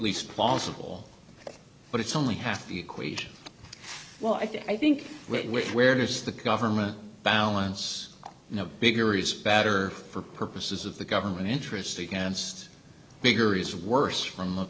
least plausible but it's only half the equation well i think which where does the government balance the bigger is better for purposes of the government interest against bigger is worse from the